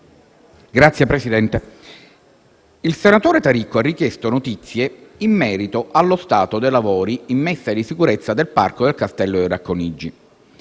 Il senatore Taricco ha richiesto notizie in merito allo stato dei lavori di messa in sicurezza del parco del castello di Racconigi.